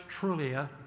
Trulia